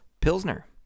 Pilsner